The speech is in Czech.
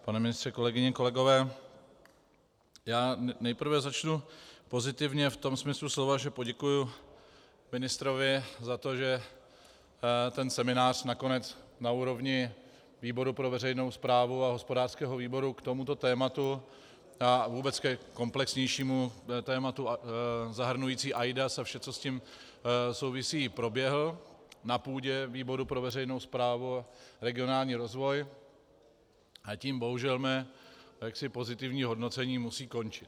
Pane ministře, kolegyně, kolegové, já nejprve začnu pozitivně v tom smyslu slova, že poděkuji ministrovi za to, že ten seminář nakonec na úrovni výboru pro veřejnou správu a hospodářského výboru k tomuto tématu a vůbec ke komplexnějšímu tématu zahrnujícímu eIDAS a vše, co s tím souvisí, proběhl na půdě výboru pro veřejnou správu a regionální rozvoj a tím bohužel mé pozitivní hodnocení musí končit.